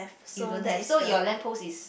you don't have so your lamp post is